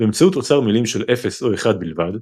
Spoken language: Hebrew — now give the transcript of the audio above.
באמצעות אוצר מילים של 0 או 1 בלבד,